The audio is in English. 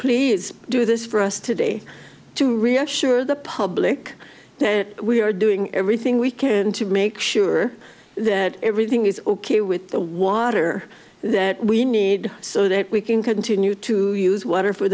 please do this for us today to reassure the public that we are doing everything we can to make sure that everything is ok with the water that we need so that we can continue to use water for